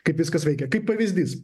kaip viskas veikia kaip pavyzdys